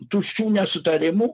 tuščių nesutarimų